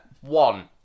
one